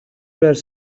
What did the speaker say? байр